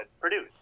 produce